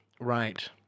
right